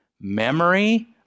memory